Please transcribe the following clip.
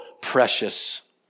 precious